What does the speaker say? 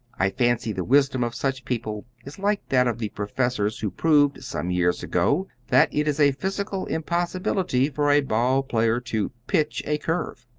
i fancy the wisdom of such people is like that of the professors who proved some years ago that it is a physical impossibility for a ball-player to pitch a curve.